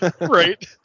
right